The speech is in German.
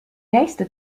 nächste